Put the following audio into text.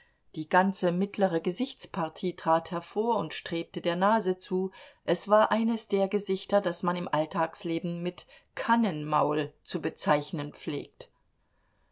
die ganze mittlere gesichtspartie trat hervor und strebte der nase zu kurz es war eines der gesichter das man im alltagsleben mit kannenmaul zu bezeichnen pflegt